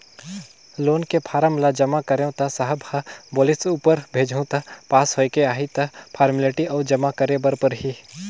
loan के form ल जमा करेंव त साहब ह बोलिस ऊपर भेजहूँ त पास होयके आही त फारमेलटी अउ जमा करे बर परही